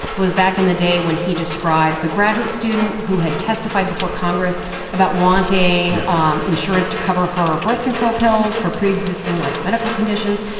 was back in the day when he described the graduate student who had testified before congress about wanting um insurance to cover her birth control pills for pre-existing like medical conditions.